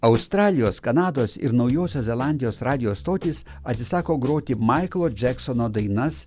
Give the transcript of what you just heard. australijos kanados ir naujosios zelandijos radijo stotys atsisako groti maiklo džeksono dainas